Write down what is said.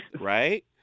Right